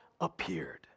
appeared